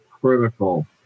critical